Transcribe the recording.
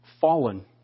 fallen